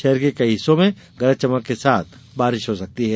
शहर के कई हिस्सों में गरज चमक के साथ बारिश हो सकती है